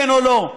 כן או לא.